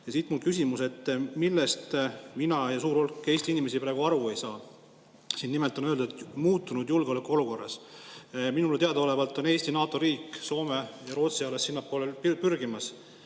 siit mu küsimus, millest mina ja suur hulk Eesti inimesi praegu aru ei saa. Siin on öeldud "muutunud julgeolekuolukorras". Minule teadaolevalt on Eesti NATO riik, Soome ja Rootsi alles sinnapoole pürgimas.